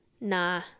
Nah